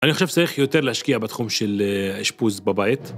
אני חושב שצריך יותר להשקיע בתחום של אשפוז בבית.